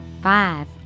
Five